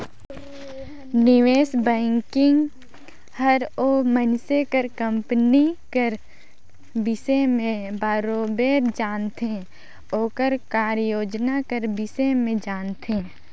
निवेस बैंकिंग हर ओ मइनसे कर कंपनी कर बिसे में बरोबेर जानथे ओकर कारयोजना कर बिसे में जानथे